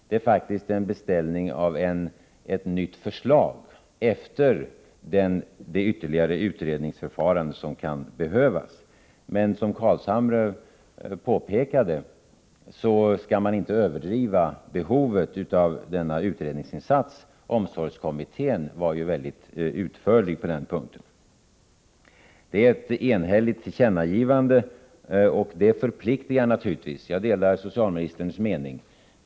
Det är faktiskt en beställning av ett nytt förslag, efter det ytterligare utredningsförfarande som kan behövas. Som Nils Carlshamre påpekade skall vi inte överdriva behovet av denna utredningsinsats. Omsorgskommittén var ju mycket utförlig på den här punkten. Det handlar om ett enhälligt tillkännagivande, och det förpliktar naturligtvis — jag delar socialministerns mening.